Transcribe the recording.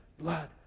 blood